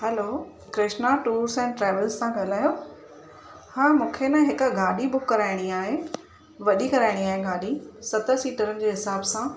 hello Krishna tours and travels था ॻाल्हायो हा मूंखे न हिकु गाॾी बुक कराइणी आहे वॾी कराइणी आहे गाॾी सत सीटर जे हिसाब सां